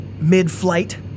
mid-flight